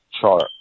chart